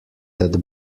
that